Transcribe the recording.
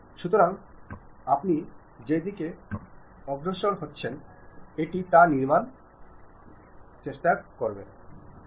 সুতরাংআপনি যে দিকে অগ্রসর হচ্ছেন এটি তা নির্মাণের চেষ্টা করছে